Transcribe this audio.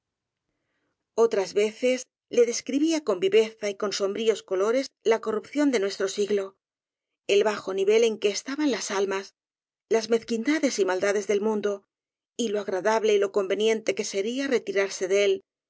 otras veces le describía con viveza y con som bríos colores la corrupción de nuestro siglo el bajo nivel en que estaban las almas las mezquin dades y maldades del mundo y lo agradable y lo conveniente que sería retirarse de él